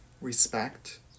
respect